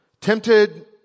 tempted